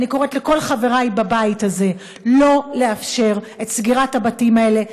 אני קוראת לכל חברי בבית הזה לא לאפשר את סגירת הבתים האלה.